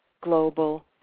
Global